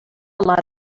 lot